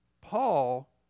Paul